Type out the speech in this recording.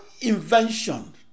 invention